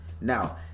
Now